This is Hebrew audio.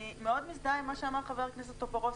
אני מאוד מזדהה עם מה שאמר חבר הכנסת טופורובסקי.